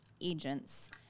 agents